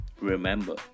Remember